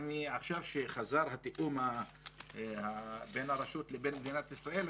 ועכשיו כשחזר התיאום בין הרשות לבין מדינת ישראל,